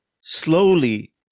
slowly